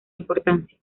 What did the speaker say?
importancia